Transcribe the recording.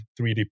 3D